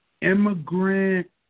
immigrant